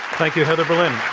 thank you, heather berlin.